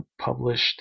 published